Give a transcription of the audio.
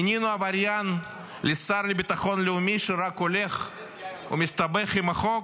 מינינו עבריין לשר לביטחון לאומי שרק הולך ומסתבך עם החוק?